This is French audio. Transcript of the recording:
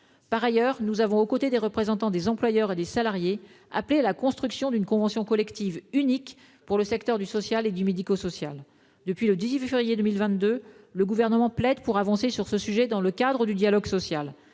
par ailleurs, aux côtés des représentants des employeurs et des salariés, appelé à la construction d'une convention collective unique pour le secteur social et médico-social. Depuis le 18 février 2022, le Gouvernement plaide pour avancer sur ce sujet dans le cadre du dialogue social.